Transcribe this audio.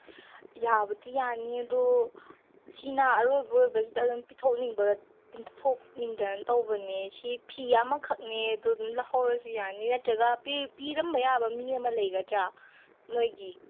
ꯌꯥꯕꯨꯗꯤ ꯌꯥꯅꯤ ꯑꯗꯣ ꯁꯤꯅ ꯑꯔꯣꯏꯕ ꯑꯣꯏꯕꯁꯤꯗ ꯑꯗꯨꯝ ꯄꯤꯊꯣꯛꯅꯤꯡꯕ ꯄꯤꯊꯣꯛꯅꯤꯡꯗꯅ ꯇꯧꯕꯅꯦ ꯁꯤ ꯐꯤ ꯑꯃꯈꯛꯅꯦ ꯑꯗꯣ ꯑꯗꯨꯝ ꯂꯧꯍꯧꯔꯁꯨ ꯌꯥꯅꯤ ꯅꯠꯇ꯭ꯔꯒ ꯄꯤꯔꯝꯕ ꯌꯥꯕ ꯃꯤ ꯑꯃ ꯂꯩꯒꯗ꯭ꯔꯥ ꯅꯣꯏꯒꯤ